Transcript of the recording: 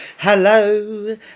Hello